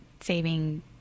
saving